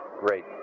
Great